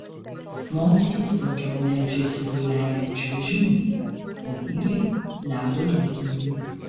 moterys daugiau meldžiasi dailiajam čiuožimui o vyrai ledo rituliui